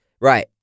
right